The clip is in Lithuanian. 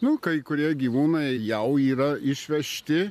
nu kai kurie gyvūnai jau yra išvežti